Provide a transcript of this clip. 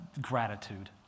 gratitude